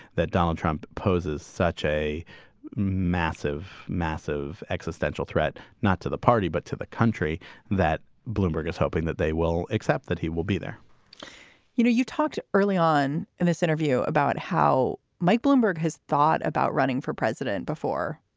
that donald trump poses such a massive, massive existential threat not to the party, but to the country that bloomberg is hoping that they will accept that he will be there you know, you talked early on in this interview about how mike bloomberg has thought about running for president before.